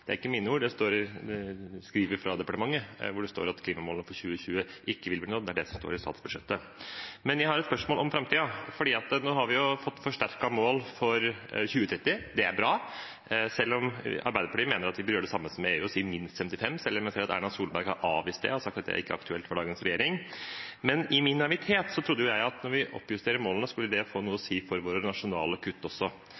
Det er ikke mine ord, det står i skrivet fra departementet, hvor det står at klimamålet for 2020 ikke vil bli nådd. Det er det som står i statsbudsjettet. Men jeg har et spørsmål om framtiden: Nå har vi jo fått forsterket mål for 2030. Det er bra, selv om Arbeiderpartiet mener at vi bør gjøre det samme som i EU, og si minst 55; jeg ser at Erna Solberg har avvist det og sagt at det ikke er aktuelt for dagens regjering. Men i min naivitet trodde jeg at når vi oppjusterer målene, skulle det få noe å